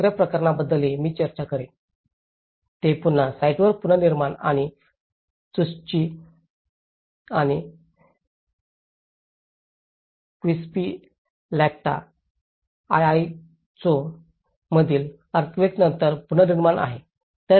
तिसर्या प्रकरणाबद्दलही मी चर्चा करेन जे पुन्हा साइटवर पुनर्निर्माण आणि चुस्ची आणि क्विस्पिलॅक्ट अआयाचो मधील अर्थक्वेकनंतरच्या पुनर्निर्माण आहे